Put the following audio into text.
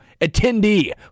attendee